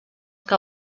que